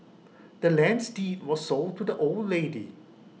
the land's deed was sold to the old lady